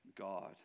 God